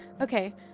Okay